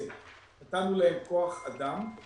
בכוח אדם וכיוצא בזה.